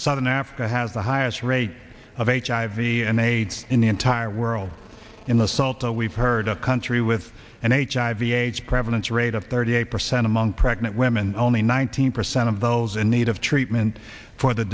southern africa has the highest rate of h i v and eight in the entire world in the salto we've heard a country with an h i v age prevalence rate of thirty eight percent among pregnant women only nineteen percent of those in need of treatment for the